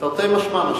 תרתי משמע.